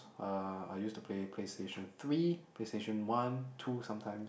uh I used to play PlayStation three PlayStation one two sometimes